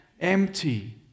empty